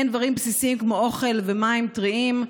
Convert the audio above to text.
אין דברים בסיסיים כמו אוכל ומים טריים,